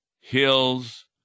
hills